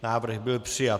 Návrh byl přijat.